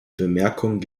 bemerkung